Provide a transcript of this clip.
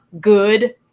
good